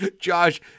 Josh